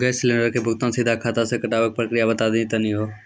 Gas cylinder के भुगतान सीधा खाता से कटावे के प्रक्रिया बता दा तनी हो?